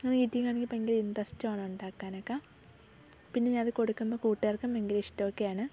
എനിക്ക് ഗ്രീറ്റിംഗ് കാർഡിൽ ഭയങ്കര ഇൻട്രെസ്റ്റുമാണ് ഉണ്ടാക്കാനൊക്കെ പിന്നെ ഞാൻ അത് കൊടുക്കുന്നത് കൂട്ടുകാർക്കൊക്കെ ഭയങ്കര ഇഷ്ടമൊക്കെയാണ്